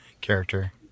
character